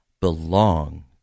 belong